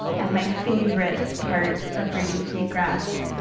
and my favorite part of braiding sweetgrass